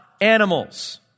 animals